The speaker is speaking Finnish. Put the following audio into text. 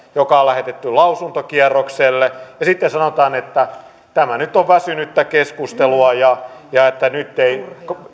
joka on lähetetty lausuntokierrokselle niin sitten sanotaan että tämä nyt on väsynyttä keskustelua ja ja